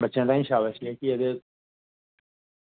बच्चें ताहीं शाबाशी जेह्की ऐ ते